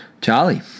Charlie